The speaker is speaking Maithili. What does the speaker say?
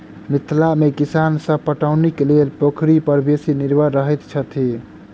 मिथिला मे किसान सभ पटौनीक लेल पोखरि पर बेसी निर्भर रहैत छथि